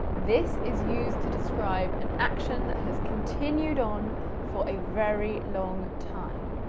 this is used to describe an action that has continued on for a very long time.